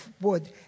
wood